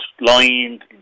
lined